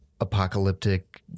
apocalyptic